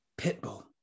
Pitbull